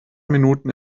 minuten